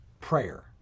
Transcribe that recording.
prayer